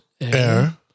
air